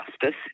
justice